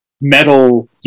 metal